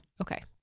Okay